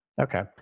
Okay